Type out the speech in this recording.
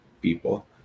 people